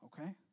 okay